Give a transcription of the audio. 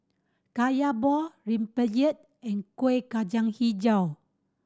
Kaya ball rempeyek and Kuih Kacang Hijau